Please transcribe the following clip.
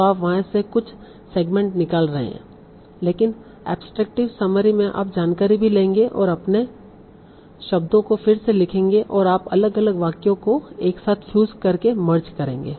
तो आप वहां से कुछ सेगमेंट निकाल रहे हैं लेकिन एब्सट्रैक्टिव समरी में आप जानकारी भी लेंगे और अपने शब्दों को फिर से लिखेंगे और आप अलग अलग वाक्यों को एकसाथ फ्यूज करके मर्ज करेंगे